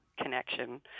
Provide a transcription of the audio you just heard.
connection